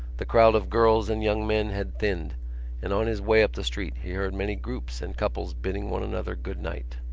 the crowd of girls and young men had thinned and on his way up the street he heard many groups and couples bidding one another good-night.